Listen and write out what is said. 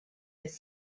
with